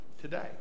today